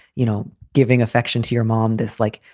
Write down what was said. you know, giving affection to your mom this like,